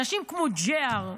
אנשים כמו ג'יי-אר,